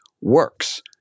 works